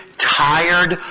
tired